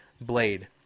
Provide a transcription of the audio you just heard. blade